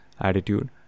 attitude